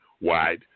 Wide